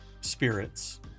spirits